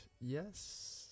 Yes